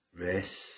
rest